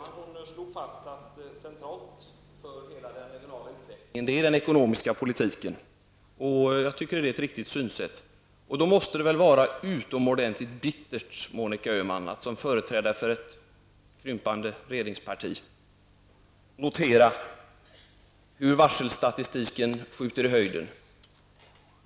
Herr talman! Monica Öhman slog fast att den ekonomiska politiken spelar en central roll för hela den regionala utvecklingen. Jag tycker att det är ett riktigt synsätt. Det måste vara utomordentligt bittert, Monica Öhman, att som företrädare för ett krympande regeringsparti notera hur varselstatistiken skjuter i höjden.